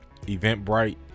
Eventbrite